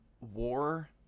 war